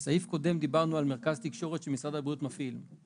בסעיף קודם דיברנו על מרכז תקשורת שמשרד הבריאות מפעיל,